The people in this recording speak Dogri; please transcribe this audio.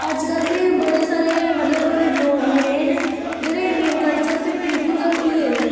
अज्ज कल्ल ते बड़े सारे मतलब लोग नेह् न जेह्ड़े इंडियन कल्चर ते बिल्कुल गै भुल्ली गेदे